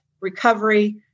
recovery